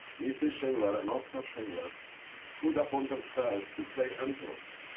mrs. schindler and oskar schindler put upon themselves to play angels.